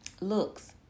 looks